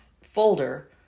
folder